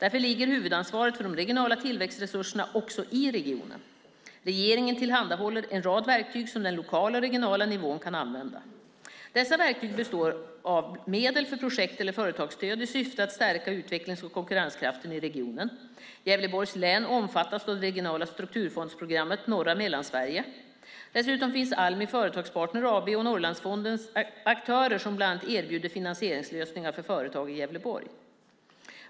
Därför ligger huvudansvaret för de regionala tillväxtresurserna också i regionen. Regeringen tillhandahåller en rad verktyg som den lokala och regionala nivån kan använda. Dessa verktyg består av medel för projekt eller företagsstöd i syfte att stärka utvecklings och konkurrenskraften i regionen. Gävleborgs län omfattas av det regionala strukturfondsprogrammet Norra Mellansverige. Dessutom finns Almi Företagspartner AB och Norrlandsfonden, aktörer som bland annat erbjuder finansieringslösningar för företag i Gävleborg.